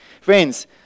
Friends